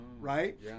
right